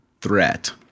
threat